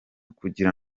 kugira